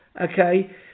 Okay